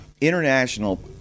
International